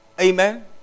Amen